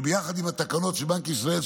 וביחד עם התקנות של בנק ישראל,